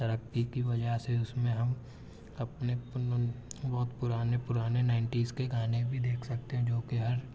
ترقی کی وجہ سے اس میں ہم اپنے بہت پرانے پرانے نائینٹیز کے گانے بھی دیکھ سکتے ہیں جو کہ ہر